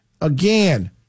again